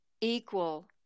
equal